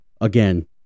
Again